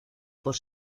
por